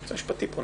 היועץ המשפטי פונה.